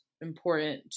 important